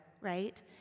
right